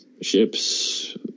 ship's